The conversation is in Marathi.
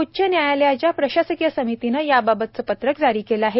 उच्च न्यायालयाच्या प्रशासकीय समितीनं याबाबतचं पत्रक जारी केलं आहे